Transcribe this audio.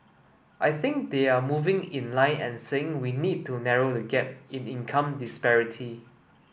I think they are moving in line and saying we need to narrow the gap in income disparity